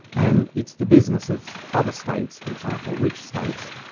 and it's the business of other states, for example rich states,